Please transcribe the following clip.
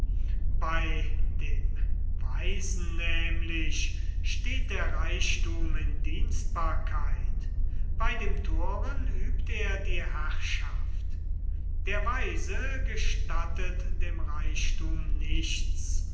bei dem weisen nämlich steht der reichthum in dienstbarkeit bei dem thoren übt er die herrschaft der weise gestattet dem reichthum nichts